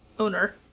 owner